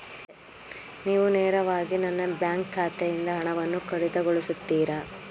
ನೀವು ನೇರವಾಗಿ ನನ್ನ ಬ್ಯಾಂಕ್ ಖಾತೆಯಿಂದ ಹಣವನ್ನು ಕಡಿತಗೊಳಿಸುತ್ತೀರಾ?